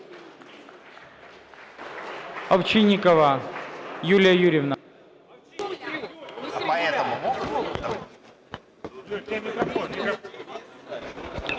Овчинникова Юлія Юріївна.